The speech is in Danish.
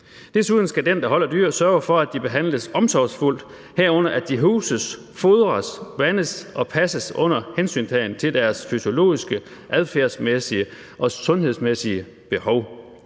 Desuden skal den, der holder dyr, sørge for, at de behandles omsorgsfuldt, herunder at de huses, fodres, vandes og passes under hensyntagen til deres fysiologiske, adfærdsmæssige og sundhedsmæssige behov.